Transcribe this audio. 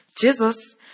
Jesus